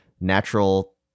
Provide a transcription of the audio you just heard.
natural